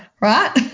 right